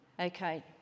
Okay